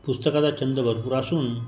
पुस्तकाचा छंद भरपूर असून